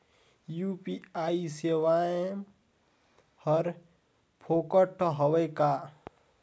UPI सेवाएं हर फोकट हवय का?